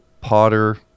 Potter